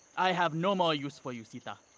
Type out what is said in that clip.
i have no more use for you, sita.